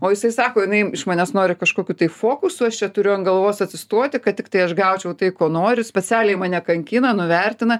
o jisai sako jinai iš manęs nori kažkokių tai fokusų aš čia turiu ant galvos atsistoti kad tiktai aš gaučiau tai ko noriu specialiai mane kankina nuvertina